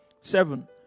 Seven